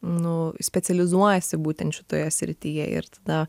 nu specializuojasi būtent šitoje srityje ir tada